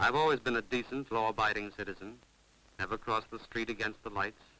i've always been a decent law abiding citizen have across the street against the might